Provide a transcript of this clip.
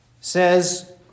says